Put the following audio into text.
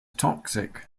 toxic